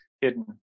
hidden